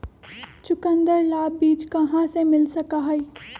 चुकंदर ला बीज कहाँ से मिल सका हई?